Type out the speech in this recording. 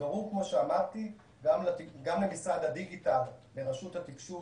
וברור כמו שאמרתי, גם למשרד הדיגיטל ורשות התקשוב